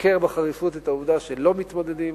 ביקר בחריפות את העובדה שלא מתמודדים